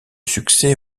succès